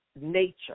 Nature